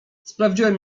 sprawdziłem